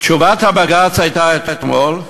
תשובת הבג"ץ הייתה אתמול,